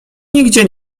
nigdzie